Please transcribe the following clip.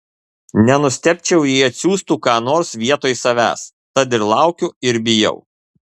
nenustebčiau jei atsiųstų ką nors vietoj savęs tad ir laukiu ir bijau